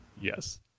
Yes